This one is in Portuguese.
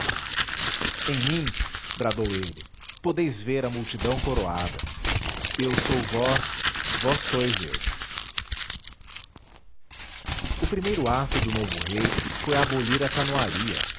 em mim bradou ele podeis ver a multidão coroada eu sou vós vós sois eu o primeiro ato do novo rei foi abolir a